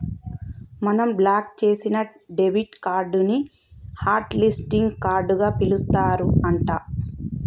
మనం బ్లాక్ చేసిన debit card ని హట్ లిస్టింగ్ కార్డుగా పిలుస్తారు అంట